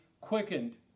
quickened